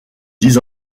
dix